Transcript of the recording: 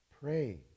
pray